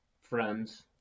friends